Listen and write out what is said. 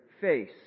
face